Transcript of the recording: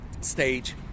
stage